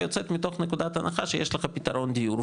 היא יוצאת מתוך נקודת הנחה שיש לך פתרון דיור,